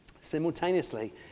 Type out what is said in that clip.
simultaneously